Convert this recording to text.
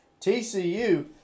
TCU